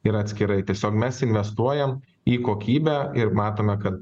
ir atskirai tiesiog mes investuojam į kokybę ir matome kad